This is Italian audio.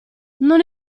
non